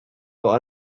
got